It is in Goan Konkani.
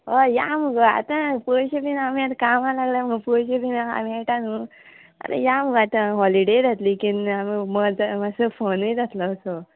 हय या मगो आतां पयशे बीन आमी आतां कामां लागल्या मुगो पयशे बीन मेळटा न्हू आतां या मुगो आतां हॉलिडे जातली केन्ना आमी मजा मातसो फनूय जातलो असो